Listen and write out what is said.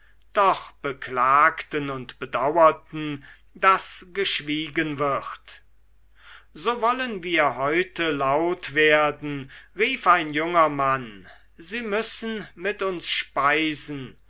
doch beklagten und bedauerten daß geschwiegen wird so wollen wir heute laut werden rief ein junger mann sie müssen mit uns speisen